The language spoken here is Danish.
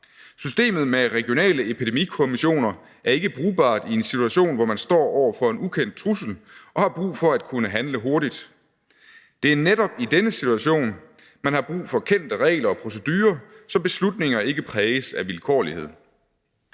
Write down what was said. Systemet med regionale epidemikommissioner er ikke brugbart i en situation, hvor man står over for en ukendt trussel og har brug for at kunne handle hurtigt. Det er netop i denne situation, man har brug for kendte regler og procedurer, så beslutninger ikke præges af vilkårlighed.